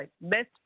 best